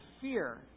fear